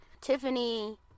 Tiffany